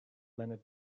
leonard